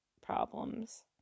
problems